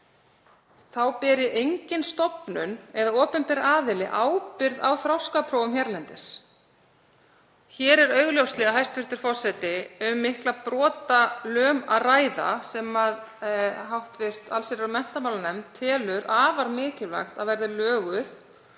Þá beri engin stofnun eða opinber aðili ábyrgð á þroskaprófum hérlendis. Hér er augljóslega, hæstv. forseti, um mikla brotalöm að ræða sem hv. allsherjar- og menntamálanefnd telur afar mikilvægt að verði löguð